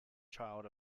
child